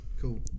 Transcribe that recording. Cool